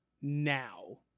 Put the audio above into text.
now